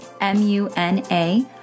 M-U-N-A